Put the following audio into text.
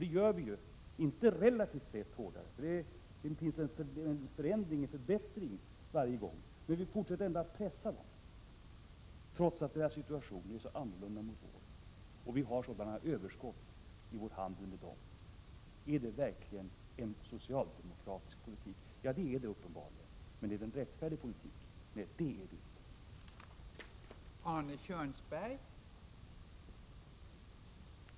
Det gör vi ju — relativt sett, även om det också sker vissa förbättringar — trots att deras situation är så annorlunda och trots att Sverige har sådana överskott i handeln med dem. Är det verkligen en socialdemokratisk politik? Ja, det är det uppenbarligen. Men är det en rättfärdig politik? Nej, det är det inte.